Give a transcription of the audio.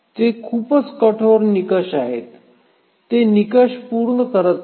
हे खूपच कठोर निकष आहे ते निकष पूर्ण करीत नाही